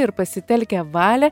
ir pasitelkę valią